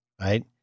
right